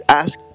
ask